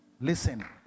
Listen